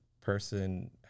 person